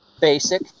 basic